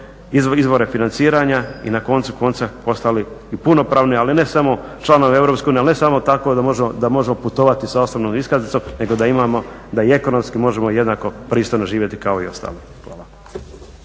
izvore financiranja i na koncu konca postali i punopravni ali ne samo članovi Europske unije ali ne samo tako da možemo putovati sa osobnom iskaznicom nego da imamo da i ekonomski možemo jednako pristojno živjeti kao i ostali.